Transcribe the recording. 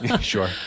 Sure